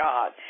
God